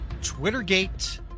Twittergate